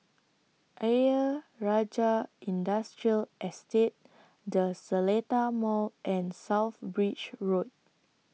Ayer Rajah Industrial Estate The Seletar Mall and South Bridge Road